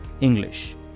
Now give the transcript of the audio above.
English